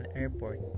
Airport